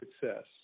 success